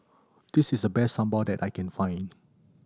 this is the best sambal that I can find